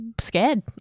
scared